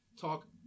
Talk